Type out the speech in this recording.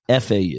FAU